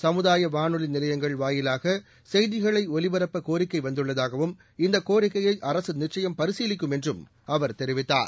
சமுதாய வானொலி நிலையங்கள் வாயிலாக செய்திகளை ஒலிபரப்ப கோரிக்கை வந்துள்ளதாகவும் இந்த கோரிக்கையை அரசு நிச்சயம் பரிசீலிக்கும் என்றும் அவர் தெரிவித்தார்